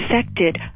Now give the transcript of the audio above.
affected